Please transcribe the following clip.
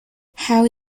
how